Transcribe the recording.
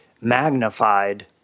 magnified